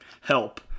help